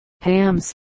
hams